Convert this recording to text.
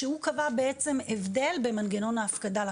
תיקון החקיקה קבע בעצם הבדל במנגנון ההפקדה לקופה.